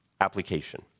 application